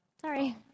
Sorry